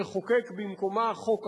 לחוקק במקומה חוק אחר.